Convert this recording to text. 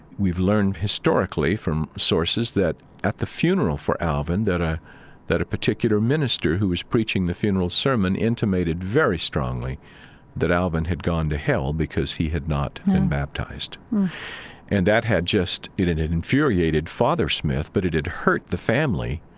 we've learned historically from sources that at the funeral for alvin, that ah that a particular minister, who was preaching the funeral's sermon, intimated very strongly that alvin had gone to here because he had not been baptized yeah and that had just, it and had infuriated father smith, but it had hurt the family.